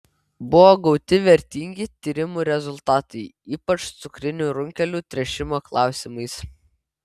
buvo gauti vertingi tyrimų rezultatai ypač cukrinių runkelių tręšimo klausimais